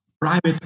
private